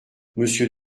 monsieur